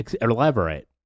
Elaborate